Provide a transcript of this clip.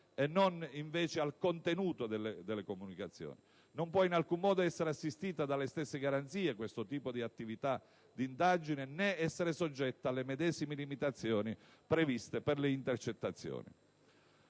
e non invece al contenuto delle comunicazioni, non può in alcun modo essere assistita dalle stesse garanzie, questo tipo di attività di indagine, né essere soggetta alle medesime limitazioni previste per le intercettazioni.